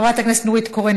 חברת הכנסת נורית קורן,